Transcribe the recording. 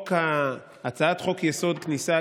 הצעת חוק-יסוד: כניסה,